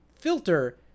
filter